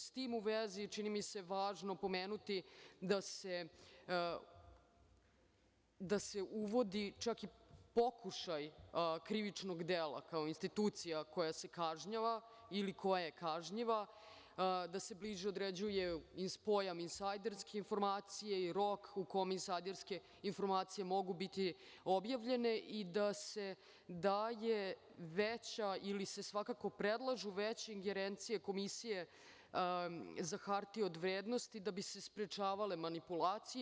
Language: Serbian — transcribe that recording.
S tim u vezi, čini mi se važnim pomenuti da se uvodi čak i pokušaj krivičnog dela kao institucija koja se kažnjava, ili koja je kažnjiva, da se bliže određuje i pojam insajderske informacije i rok u kom insajderske informacije mogu biti objavljene i da se daje veća, ili se svakako predlažu veće ingerencije Komisije za hartije od vrednosti, da bi se sprečavale manipulacije.